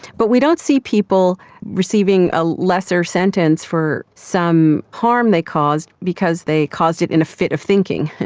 but we don't see people receiving a lesser sentence for some harm they caused because they caused it in a fit of thinking,